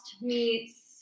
meets